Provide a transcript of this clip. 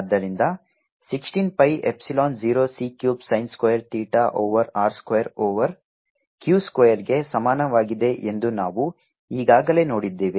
ಆದ್ದರಿಂದ 16 pi epsilon 0 c cube sin square theta over r square over q ಸ್ಕ್ವೇರ್ಗೆ ಸಮಾನವಾಗಿದೆ ಎಂದು ನಾವು ಈಗಾಗಲೇ ನೋಡಿದ್ದೇವೆ